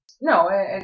No